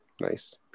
Nice